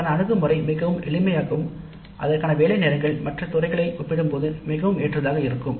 அதற்கான அணுகுமுறை மிகவும் எளிமையாகவும் அதற்கான வேலை நேரங்கள் மற்ற துறைகளை ஒப்பிடும்போது மிகவும் ஏற்றதாக இருக்கும்